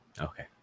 Okay